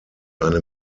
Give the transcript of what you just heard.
eine